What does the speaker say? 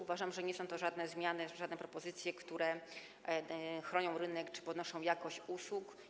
Uważam, że nie są to żadne zmiany, żadne propozycje, które chronią rynek czy podnoszą jakość usług.